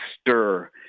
stir